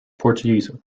portuguese